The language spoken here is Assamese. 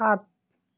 সাত